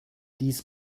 dies